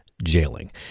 Jailing